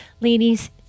Ladies